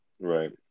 Right